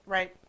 Right